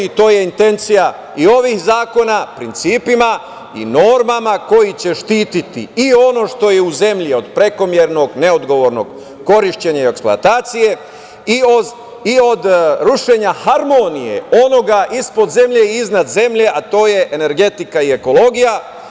To je intencija i ovih zakona, principima i normama koji će štititi i ono što je u zemlji od prekomernog, neodgovornog korišćenja i eksploatacije i od rušenja harmonije onoga ispod zemlje i iznad zemlje, a to je energetika i ekologija.